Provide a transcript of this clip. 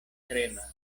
tremas